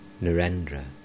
Narendra